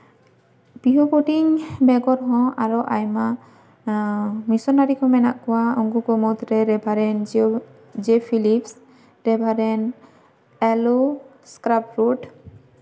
P O Bodding ᱵᱮᱜᱚᱨᱦᱚᱸ ᱟᱨᱚ ᱟᱭᱢᱟ ᱢᱤᱥᱚᱱᱟᱨᱤ ᱠᱚ ᱢᱮᱱᱟᱜ ᱠᱚᱣᱟ ᱩᱱᱠᱩ ᱠᱚ ᱢᱩᱫᱽᱨᱮ reverend J Phillips reverend L O Skrefsrud